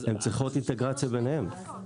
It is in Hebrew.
הן צריכות אינטגרציה ביניהן.